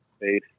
base